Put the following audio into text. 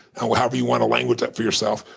however you want to language that for yourself,